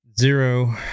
zero